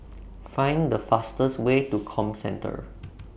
Find The fastest Way to Comcentre